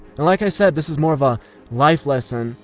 and like i said this is more of a life lesson,